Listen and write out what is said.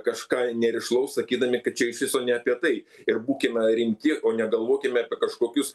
kažką nerišlaus sakydami kad čia iš viso ne apie tai ir būkime rimti o negalvokime apie kažkokius